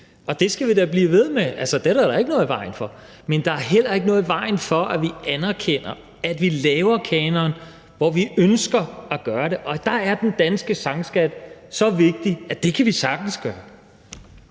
de. Det skal vi da blive ved med. Det er der da ikke noget i vejen for. Men der er heller ikke noget i vejen for, at vi anerkender, at vi laver en kanon, hvor vi ønsker at gøre det, og der er den danske sangskat så vigtig, at vi sagtens kan